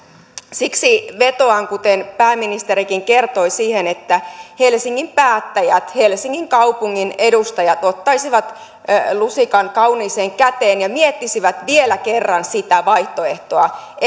siksi vetoan kuten pääministerikin kertoi siihen että helsingin päättäjät helsingin kaupungin edustajat ottaisivat lusikan kauniiseen käteen ja miettisivät vielä kerran sitä vaihtoehtoa